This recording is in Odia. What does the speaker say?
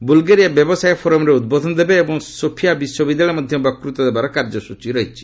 ବୁଲ୍ଗେରିଆ ବ୍ୟବସାୟ ଫୋରମ୍ରେ ଉଦ୍ବୋଧନ ଦେବେ ଏବଂ ସୋଫିଆ ବିଶ୍ୱବିଦ୍ୟାଳୟରେ ମଧ୍ୟ ବକ୍ତୁତା ଦେବାର କାର୍ଯ୍ୟସ୍ତଚୀ ରହିଛି